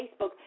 Facebook